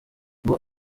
ngo